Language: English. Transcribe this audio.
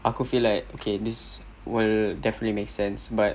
aku feel like okay this will definitely make sense but